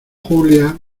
julia